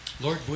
Lord